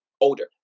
older